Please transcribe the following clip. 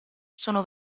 sono